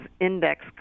index